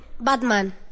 Batman